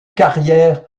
carrière